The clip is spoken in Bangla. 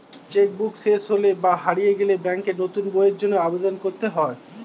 চেক বুক শেষ হলে বা হারিয়ে গেলে ব্যাঙ্কে নতুন বইয়ের জন্য আবেদন করতে হয়